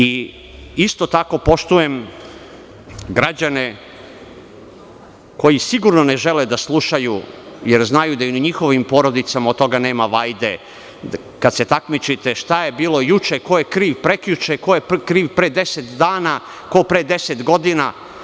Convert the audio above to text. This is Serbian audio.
Isto tako, poštujem građane koji sigurno ne žele da slušaju, jer znaju da u njihovim porodicama od toga nema vajde, kada se takmičite šta je bilo juče, ko je kriv prekjuče, ko je kriv pre 10 dana, ko pre 10 godina.